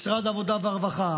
משרד העבודה והרווחה,